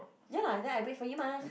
ya lah then I wait for you mah